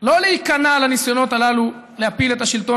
לא להיכנע לניסיונות הללו להפיל את השלטון